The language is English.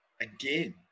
again